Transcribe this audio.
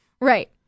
Right